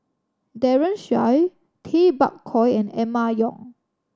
Daren Shiau Tay Bak Koi and Emma Yong